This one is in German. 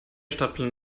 stadtplan